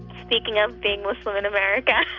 speaking of being muslim in america.